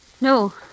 No